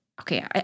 Okay